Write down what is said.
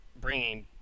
bringing